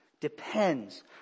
depends